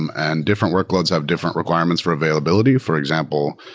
and different workloads have different requirements for availability. for example,